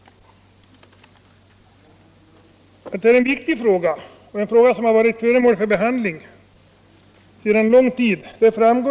Det är en viktig fråga som varit föremål för behandling sedan lång tid tillbaka.